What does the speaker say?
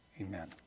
Amen